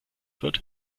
wird